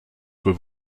were